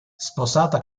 sposata